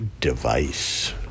device